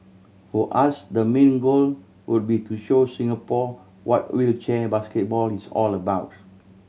for us the main goal would be to show Singapore what wheelchair basketball is all about